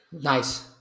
nice